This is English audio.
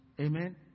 Amen